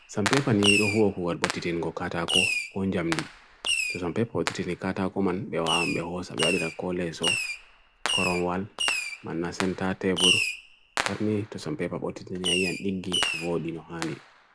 Sampepa niruhuhuhu wad botitin go kata ko, konjam li, to sampepa botitini kata ko man bewa ambe ho, sabya adira kole so, korongwal man nasenta tabur, par nir to sampepa botitin nya yan digi vo li no hane.